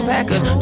Packers